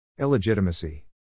Illegitimacy